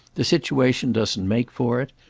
the situation doesn't make for it,